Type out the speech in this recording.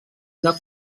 una